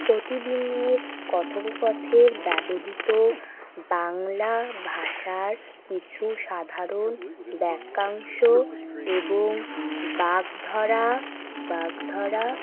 প্রতিদিনের কথোপকথের ব্যবহৃত বাংলা ভাষার কিছু সাধারণ বাক্যাংশ এবং বাগধারা বাগধারা